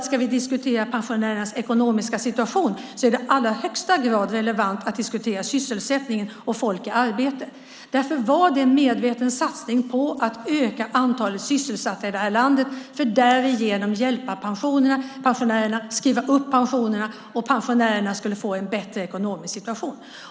Ska vi diskutera pensionärernas ekonomiska situation är det i allra högsta grad relevant att diskutera sysselsättningen och folk i arbete. Vi gjorde därför en medveten satsning på att öka antalet sysselsatta i landet och därigenom hjälpa pensionärerna, skriva upp pensionerna och ge pensionärerna en bättre ekonomisk situation.